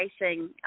Racing